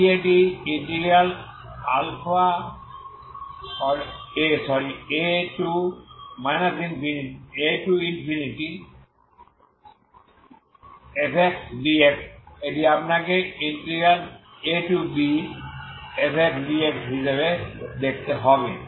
যদি এটি afdx এটি আপনাকে abfdx হিসাবে দেখতে হবে